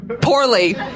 Poorly